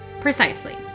Precisely